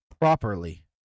properly